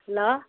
hello